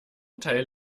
teil